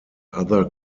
other